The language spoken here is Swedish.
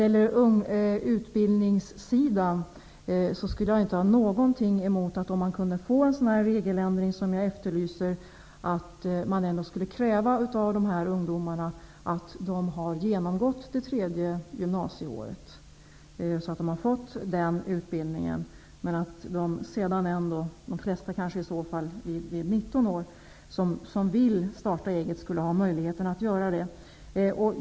På utbildningssidan skulle jag inte ha något emot en regeländring innebärande krav på ungdomarna att ha genomgått det tredje gymnasieåret, men att de som sedan -- de flesta kanske vid 19 års ålder -- vill starta eget skulle ha möjlighet att göra det.